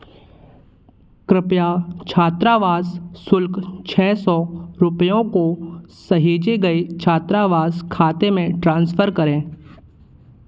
कृपया छात्रावास शुल्क छः सौ रुपयों को सहेजे गए छात्रावास खाते में ट्रांसफर करें